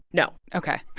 no ok,